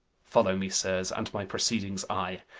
follow me, sirs, and my proceedings eye.